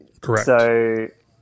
Correct